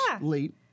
late